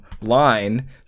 line